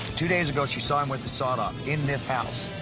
two days ago, she saw him with the sawed-off in this house.